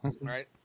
Right